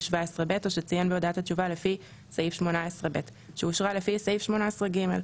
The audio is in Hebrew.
17 (ב) או שציין בהודעת התשובה לפי סעיף 18 (ב) שאושרה לפי סעיף 18 (ג),